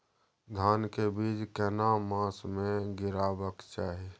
धान के बीज केना मास में गीराबक चाही?